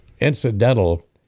incidental